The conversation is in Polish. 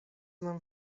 nam